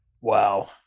Wow